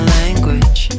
language